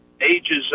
ages